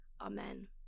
amen